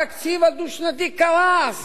התקציב הדו-שנתי קרס